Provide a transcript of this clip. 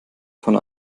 von